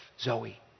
Zoe